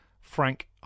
Frank